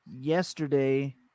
yesterday